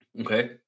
Okay